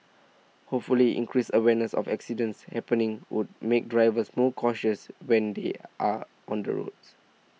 hopefully increased awareness of accidents happening would make drivers more cautious when they are on the roads